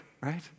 right